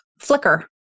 flicker